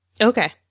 Okay